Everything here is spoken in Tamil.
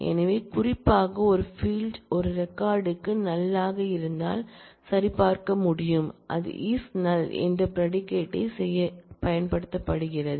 எனவே குறிப்பாக ஒரு ஃபீல்ட் ஒரு ரெக்கார்ட் க்கு நல் ஆக இருந்தால் சரிபார்க்க முடியும் அது "இஸ் நல்" என்ற ப்ரெடிகேட் ல் செய்யப்படுகிறது